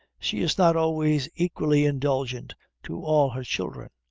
she is not always equally indulgent to all her children,